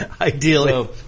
Ideally